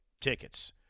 tickets